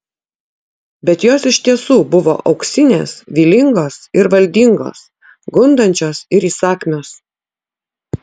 bet jos iš tiesų buvo auksinės vylingos ir valdingos gundančios ir įsakmios